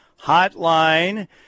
Hotline